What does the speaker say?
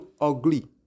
ugly